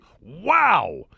Wow